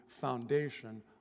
foundation